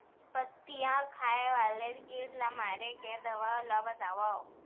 पत्तियां खाए वाले किट ला मारे के दवा ला बतावव?